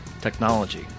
technology